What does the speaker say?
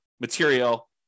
material